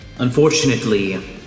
Unfortunately